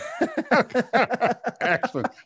excellent